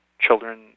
children